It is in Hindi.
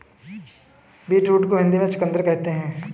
बीटरूट को हिंदी में चुकंदर कहते हैं